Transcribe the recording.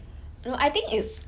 no I think it's